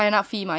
up fee mah